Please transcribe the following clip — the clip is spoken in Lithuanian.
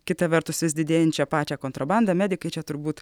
kita vertus vis didėjančią pačią kontrabandą medikai čia turbūt